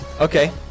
Okay